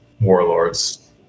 warlords